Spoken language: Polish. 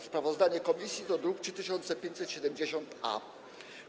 Sprawozdanie komisji to druk 3570-A.